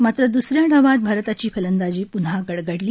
मात्र द्सऱ्या डावात भारताची फलंदाजी पून्हा गडगडली